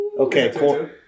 Okay